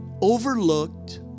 overlooked